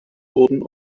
wurden